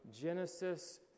Genesis